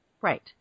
Right